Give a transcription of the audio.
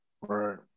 Right